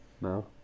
No